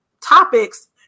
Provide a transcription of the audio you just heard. topics